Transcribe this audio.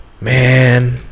man